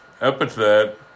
epithet